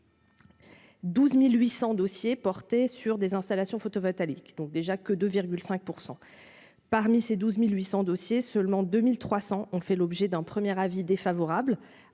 12800 dossiers. Porté sur des installations photovoltaïques, donc déjà que de 5 % parmi ces 12800 dossiers seulement 2300 ont fait l'objet d'un premier avis défavorable